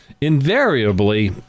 Invariably